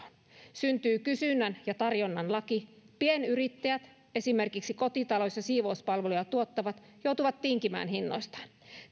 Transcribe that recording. syntyy kysynnän ja tarjonnan laki pienyrittäjät esimerkiksi kotitalous ja siivouspalveluja tuottavat joutuvat tinkimän hinnoistaan